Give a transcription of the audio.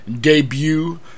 debut